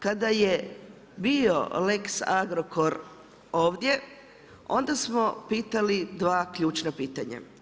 Kada je bio lex Agrokor ovdje, onda smo pitali 2 ključna pitanja.